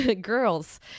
girls